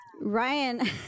ryan